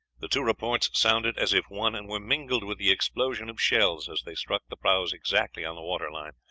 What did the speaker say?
the two reports sounded as if one, and were mingled with the explosion of shells as they struck the prahus exactly on the waterline.